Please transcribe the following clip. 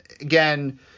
again